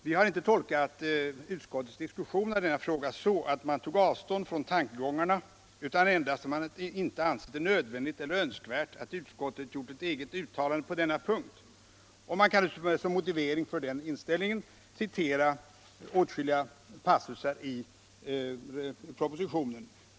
Vi har inte tolkat utskottets diskussion av denna fråga så att man tog avstånd från tankegångarna, utan endast så att man icke ansett det nödvändigt eller önskvärt att utskottet gjorde ett eget uttalande på denna punkt. Som motivering för den inställningen kan citeras åtskilliga uttalanden 1 propositionen.